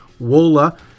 wola